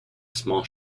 small